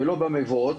ולא במבואות,